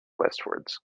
westwards